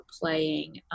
playing